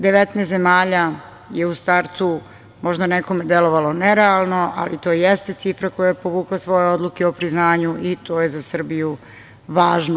Devetnaest zemalja je u startu možda nekome delovalo nerealno, ali to jeste cifra koja je povukla svoje odluke o priznanju i to je za Srbiju važno.